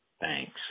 Thanks